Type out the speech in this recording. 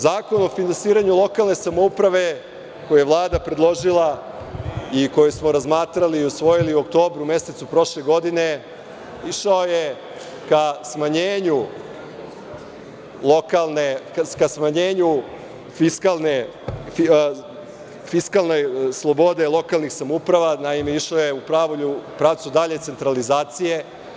Zakon o finansiranju lokalne samouprave koji je Vlada predložila i koji smo razmatrali i usvojili u oktobru mesecu prošle godine je išao ka smanjenju fiskalne slobode lokalnih samouprava, naime, išao je u pravcu dalje centralizacije.